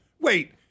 Wait